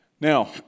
Now